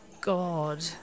god